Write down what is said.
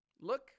Look